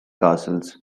castles